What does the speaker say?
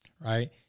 right